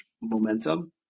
momentum